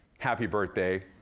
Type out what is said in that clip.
happy birthday,